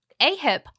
AHIP